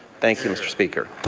thank you, mr. speaker.